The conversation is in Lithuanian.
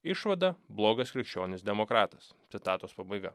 išvada blogas krikščionis demokratas citatos pabaiga